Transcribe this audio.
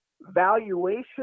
valuation